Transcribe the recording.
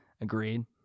Agreed